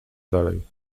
dalej